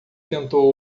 tentou